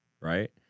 right